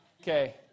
Okay